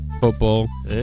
football